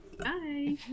Bye